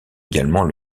également